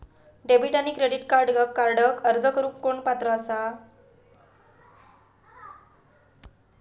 Debit आणि credit कार्डक अर्ज करुक कोण पात्र आसा?